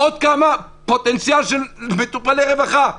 עוד איזה פוטנציאל של מטופלי רווחה.